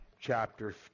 chapter